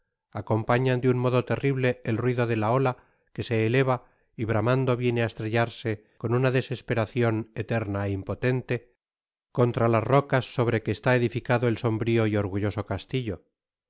acompañan de un modo terrible el ruido de la ola que se eleva y bramando viene á estrellarse con una desesperacion eterna é impotente contra las rocas sobre que está edificado el sombrio y orgulloso castillo